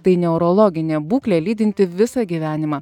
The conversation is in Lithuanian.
tai neurologinė būklė lydinti visą gyvenimą